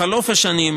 בחלוף השנים,